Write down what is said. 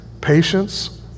patience